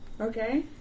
Okay